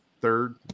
third